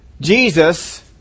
Jesus